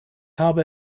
habe